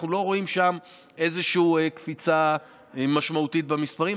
אנחנו לא רואים שם איזושהי קפיצה משמעותית במספרים.